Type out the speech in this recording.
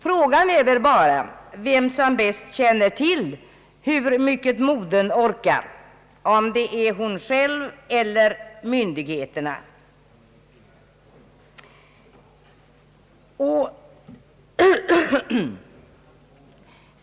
Frågan är väl bara vem som bäst känner till hur mycket modern orkar, hon själv eller myndigheterna.